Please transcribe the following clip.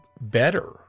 better